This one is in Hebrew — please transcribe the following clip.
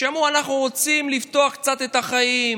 שאמרו: אנחנו רוצים לפתוח קצת את החיים,